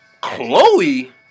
Chloe